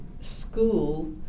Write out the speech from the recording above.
school